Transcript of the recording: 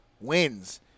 wins